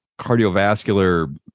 cardiovascular